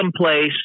someplace